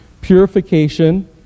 purification